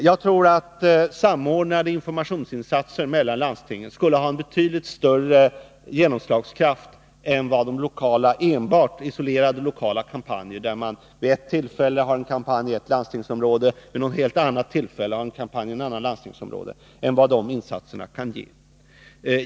Jag tror att informationsinsatser som samordnas mellan landstingen skulle få betydligt större genomslagskraft än isolerade, lokala kampanjer. Samordnade insatser kan ge mer än att vid ett tillfälle ha en kampanj i ett landstingsområde och vid ett annat ha en kampanj i ett annat landstingsområde.